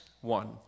one